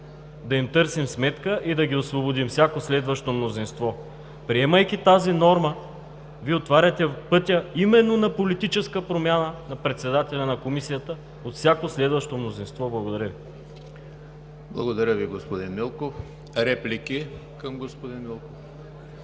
да им търсим сметка и да ги освободим. Всяко следващо мнозинство. Приемайки тази норма, Вие отваряте пътя именно на политическа промяна на председателя на Комисията от всяко следващо мнозинство. Благодаря Ви. ПРЕДСЕДАТЕЛ ЕМИЛ ХРИСТОВ: Благодаря Ви, господин Милков. Реплики към господин Милков?